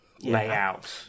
layout